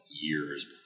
years